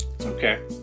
okay